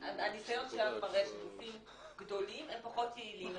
הניסיון שלנו מראה שגופים גדולים הם פחות יעילים.